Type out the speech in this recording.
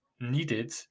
needed